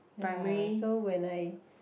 ya so when I